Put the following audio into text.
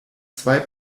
zwei